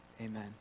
amen